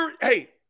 Hey